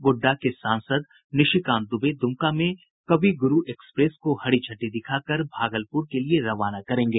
गोड्डा के सांसद निशिकांत दुबे दुमका में कवि गुरू एक्सप्रेस को हरी झंडी दिखाकर भागलपुर के लिए रवाना करेंगे